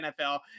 NFL